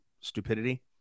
stupidity